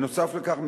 בנוסף לכך,